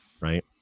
right